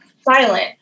silent